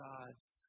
God's